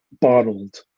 bottled